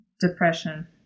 depression